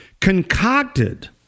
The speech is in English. concocted